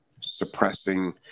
suppressing